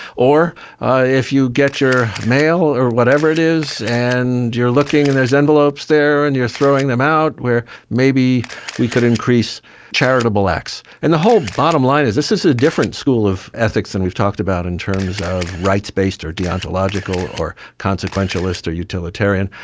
or if you get your mail or whatever it is and you're looking and there's envelopes there and you're throwing them out, where maybe we could increase charitable acts. and the whole bottom line is this is a different school of ethics than we've talked about in terms of rights based or deontological or consequentialist or utilitarian,